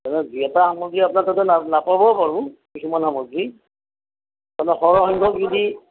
তাতে দুই এটা সামগ্ৰী আপোনাৰ তাতে না নাপাবও পাৰোঁ কিছুমান সামগ্ৰী সৰহ সংখ্যক যদি